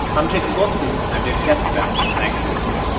i'm jacob goldstein i'm david kestenbaum. thanks for listening